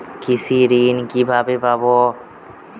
কৃষি ঋন কিভাবে পাব?